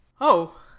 Oh